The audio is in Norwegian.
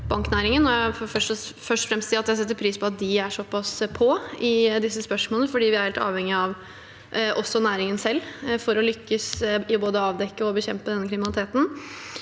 si at jeg setter pris på at de er såpass på i disse spørsmålene, for vi er også helt avhengig av næringen selv for å lykkes med både å avdekke og å bekjempe denne kriminaliteten.